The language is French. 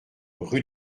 rue